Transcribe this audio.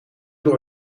door